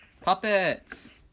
puppets